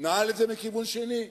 נעל את זה מכיוון שני.